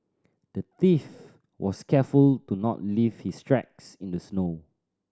the thief was careful to not leave his tracks in the snow